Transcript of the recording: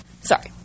Sorry